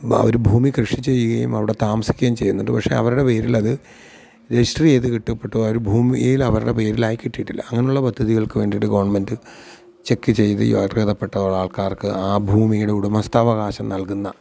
അവർ ഭൂമി കൃഷി ചെയ്യുകയും അവിടെ താമസിക്കുകയും ചെയ്യുന്നുണ്ട് പക്ഷെ അവരുടെ പേരിൽ അത് രജിസ്റ്റര് ചെയ്തു കിട്ടപ്പെട്ടതോ അവർ ഭൂമിയിൽ അവരുടെ പേരിലായി കിട്ടിയിട്ടില്ല അങ്ങനെയുള്ള പദ്ധതികള്ക്ക് വേണ്ടിയിട്ട് ഗവണ്മെന്റ് ചെക്ക് ചെയ്തു ഈ അര്ഹതപ്പെട്ട ആ ആള്ക്കാര്ക്ക് ആ ഭൂമിയുടെ ഉടമസ്ഥാവകാശം നല്കുന്ന